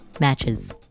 matches